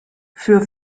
für